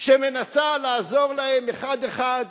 שמנסה לעזור להם אחד אחד,